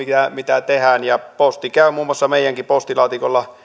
mitä tehdään posti käy muun muassa meidänkin postilaatikollamme